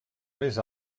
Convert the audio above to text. més